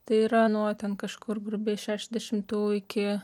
tai yra nuo ten kažkur grubiai šešiasdešimtų iki